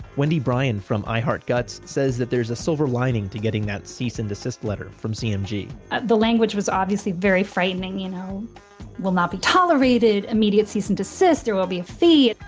wendy bryan from i heart guts says that there is a silver lining to getting that cease and desist letter from cmg the language was obviously very frightening. it you know will not be tolerated. immediate cease and desist. there will be a fee.